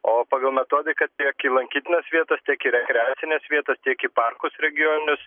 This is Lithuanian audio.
o pagal metodiką tiek į lankytinas vietas tiek į rekreacines vietas tiek į parkus regioninius